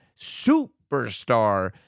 superstar